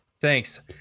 Thanks